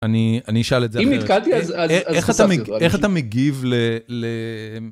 אני אשאל את זה אחרת, אם נתקעתי..איך אתה מגיב ל...